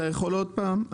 אתה יכול עוד פעם?